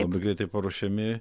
labai greitai paruošiami